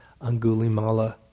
Angulimala